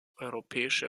europäische